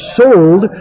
sold